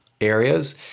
areas